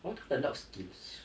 I want to learn a lot of skills